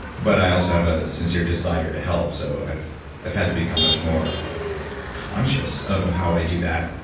but i also have a sincere desire to help, so i've i've had to become much more conscious of how i do that.